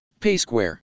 PaySquare